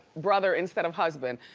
brother instead of husband,